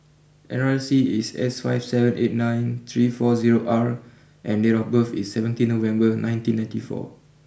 N R I C is S five seven eight nine three four zero R and date of birth is seventeen November nineteen ninety four